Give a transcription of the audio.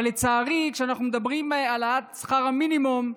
אבל לצערי, כשאנחנו מדברים על העלאת שכר המינימום,